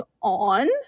on